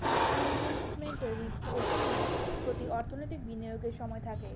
investment risk প্রতি অর্থনৈতিক বিনিয়োগের সময় থাকে